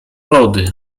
lody